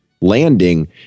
landing